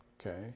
Okay